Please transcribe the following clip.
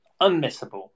unmissable